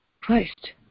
Christ